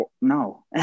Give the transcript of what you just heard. no